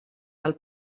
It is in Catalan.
del